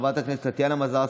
חברת הכנסת טטיאנה מזרסקי,